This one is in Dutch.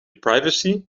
privacy